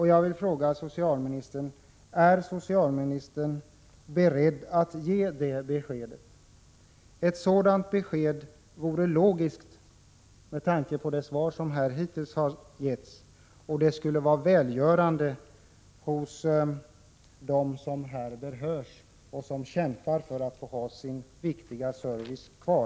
Jag vill fråga socialministern: Är socialministern beredd att ge det beskedet? Ett sådant besked vore logiskt med tanke på de svar som här hittills har lämnats och skulle vara välgörande för dem som berörs och som kämpar för att få ha sin viktiga service kvar.